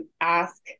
ask